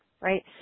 right